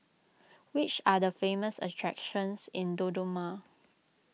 which are the famous attractions in Dodoma